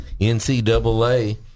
NCAA